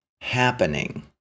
happening